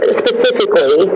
specifically